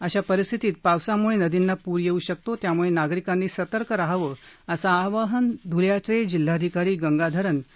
अशा परिस्थितीतीत पावसामुळे नदींना पूर येऊ शकतो त्यामुळे नागरिकांनी सतर्क रहावं असं आवाहन धुळ्याचे जिल्हाधिकारी गंगाधरण डी